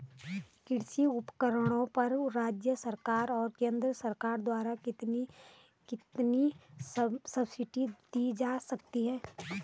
कृषि उपकरणों पर राज्य सरकार और केंद्र सरकार द्वारा कितनी कितनी सब्सिडी दी जा रही है?